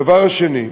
הדבר השני,